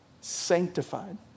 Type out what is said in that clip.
sanctified